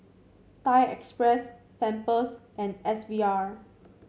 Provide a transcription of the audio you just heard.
Thai Express Pampers and S V R